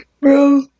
bro